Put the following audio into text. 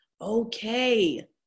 Okay